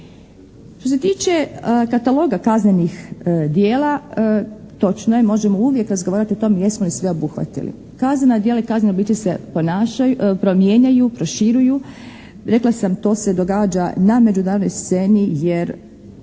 Što se tiče kataloga kaznenih djela, točno je možemo uvijek razgovarati o tom jesmo li sve obuhvatili. Kaznena djela i kazne u biti se promijenjaju, proširuju, rekla sam, to se događa na međunarodnoj sceni jer